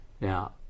Now